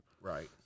Right